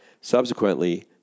subsequently